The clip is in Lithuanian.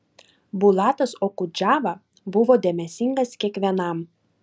bulatas okudžava buvo dėmesingas kiekvienam